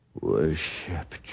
Worship